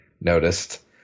noticed